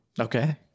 Okay